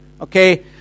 Okay